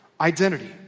identity